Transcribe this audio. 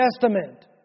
Testament